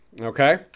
okay